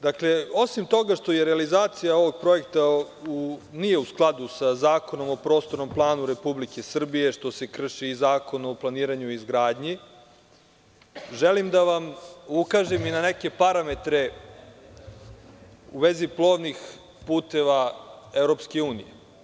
Dakle, osim toga što realizacija ovog projekta nije u skladu sa Zakonom o prostornom planu Republike Srbije, što se krši i Zakon o planiranju i izgradnji, želim da vam ukažem i na neke parametre u vezi plovnih puteva EU.